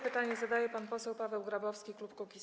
Pytanie zadaje pan poseł Paweł Grabowski, klub Kukiz’15.